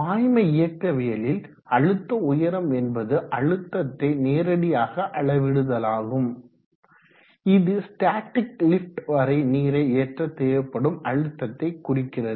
பாய்ம இயக்கவியலில் அழுத்த உயரம் என்பது அழுத்தத்தை நேரடியாக அளவிடுதலாகும் இது ஸ்டாடிக் லிஃப்ட் வரை நீரை ஏற்ற தேவைப்படும் அழுத்தத்தை குறிக்கிறது